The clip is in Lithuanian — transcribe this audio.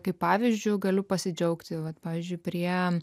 kaip pavyzdžiui galiu pasidžiaugti vat pavyzdžiui prie